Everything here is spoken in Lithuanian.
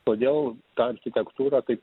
todėl tą architektūrą tai